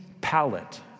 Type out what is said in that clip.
palate